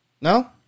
No